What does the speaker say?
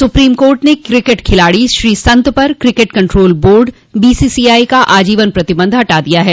supreme court ने cricket खिलाड़ी श्रीसंत पर क्रिकेट कंट्रोल बोर्ड बीसीसीआई का आजीवन प्रतिबंध हटा दिया है